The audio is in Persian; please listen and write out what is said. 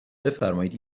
بفرمایید